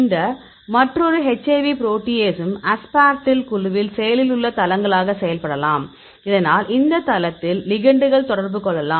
இந்த மற்றொரு HIV புரோட்டீயேஸுன் அஸ்பார்டில் குழுவில் செயலில் உள்ள தளங்களாக செயல்படலாம் இதனால் இந்த தளத்தில் லிகெண்டுகள் தொடர்பு கொள்ளலாம்